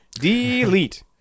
Delete